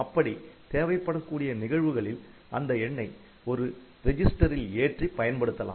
அப்படி தேவைப்படக்கூடிய நிகழ்வுகளில் அந்த எண்ணை ஒரு ரிஜிஸ்டரில் ஏற்றி பயன்படுத்தலாம்